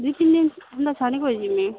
ଦୁଇ ତିନି ଦିନ୍ ଛାଡ଼ିକର୍ ଯିମି